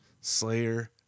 Slayer